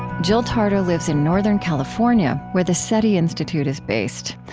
jill tarter lives in northern california, where the seti institute is based.